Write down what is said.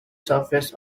surfaces